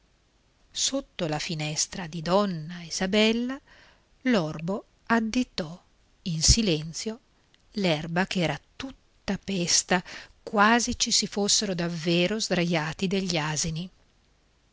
sotto la finestra di donna isabella l'orbo additò in silenzio l'erba ch'era tutta pesta quasi ci si fossero davvero sdraiati degli asini